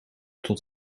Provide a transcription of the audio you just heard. tot